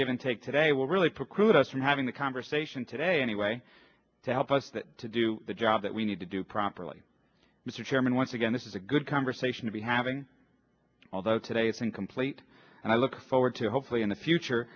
give and take today will really preclude us from having the conversation today anyway to help us that to do the job that we need to do properly mr chairman once again this is a good conversation to be having although today it's incomplete and i look forward to hopefully in the future